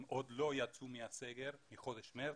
הם עוד לא יצאו מהסגר מחודש מרץ,